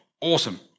Awesome